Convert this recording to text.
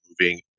moving